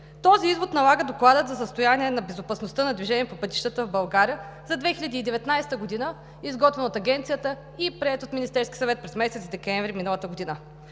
Този извод налага Докладът за състояние на безопасността на движение по пътищата в България за 2012 г., изготвен от Агенцията и приет от Министерския съвет през месец декември 2019 г.